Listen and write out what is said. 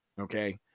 Okay